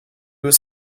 was